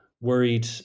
worried